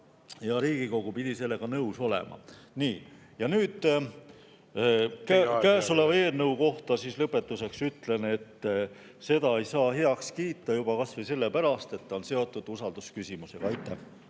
ja Riigikogu pidi sellega nõus olema. Nii ja nüüd … Teie aeg! Teie aeg! … käesoleva eelnõu kohta siis lõpetuseks ütlen, et seda ei saa heaks kiita juba kas või sellepärast, et see on seotud usaldusküsimusega. Aitäh!